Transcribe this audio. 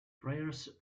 prayers